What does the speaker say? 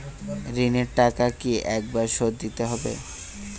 ঋণের টাকা কি একবার শোধ দিতে হবে?